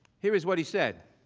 here is what he said.